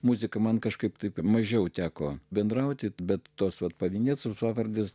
muzika man kažkaip taip mažiau teko bendrauti bet tos vat pavienes pavardes